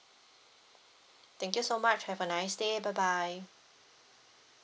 thank you so much have a nice day bye bye